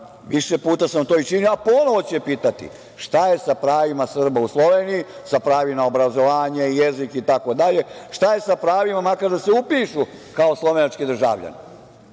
više puta sam to i činio, a ponovo ću je pitati – šta je sa pravima Srba u Sloveniji, sa pravima na obrazovanje, jezik i tako dalje, šta je sa pravima, makar da se upišu kao slovenački državljanin. Srbija